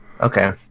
Okay